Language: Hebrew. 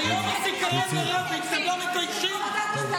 ביום הזיכרון של רבין אתם מוציאים חברת כנסת שכתוב לה "רבין צדק"?